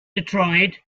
detroit